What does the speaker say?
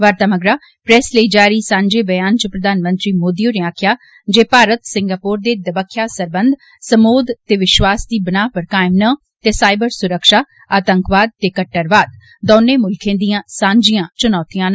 वार्ता मगरा प्रैस लेई जारी सांझे ब्यान च प्रधानमंत्री मोदी होरें आक्खेआ जे भारत सिंगापोर दे दबक्ख्या सरबन्ध समोघ दे विश्वास दी बिनाह पर कायम न ते साईबर सुरक्षा आतंकवाद ते कट्टरवाद दौनें मुल्खे दियां झांकियां चुनौतियां न